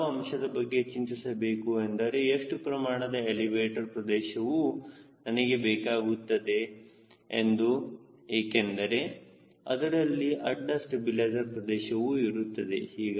ನೀವು ಯಾವ ಅಂಶದ ಬಗ್ಗೆ ಚಿಂತಿಸಬೇಕು ಎಂದರೆ ಎಷ್ಟು ಪ್ರಮಾಣದ ಎಲಿವೇಟರ್ ಪ್ರದೇಶವು ನನಗೆ ಬೇಕಾಗುತ್ತದೆ ಎಂದು ಏಕೆಂದರೆ ಅದರಲ್ಲಿ ಅಡ್ಡ ಸ್ಟಬಿಲೈಜರ್ ಪ್ರದೇಶವು ಇರುತ್ತದೆ